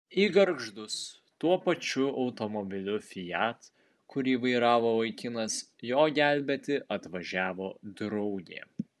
į gargždus tuo pačiu automobiliu fiat kurį vairavo vaikinas jo gelbėti atvažiavo draugė